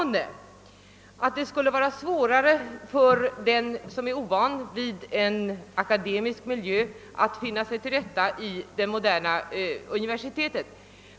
Statsrådet menade att det skulle vara svårare för den som är ovan vid en akademisk miljö att finna sig till rätta i det moderna universitetet.